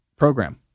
program